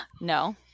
no